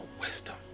wisdom